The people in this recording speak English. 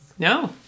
No